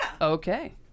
Okay